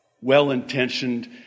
well-intentioned